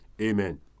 Amen